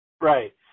right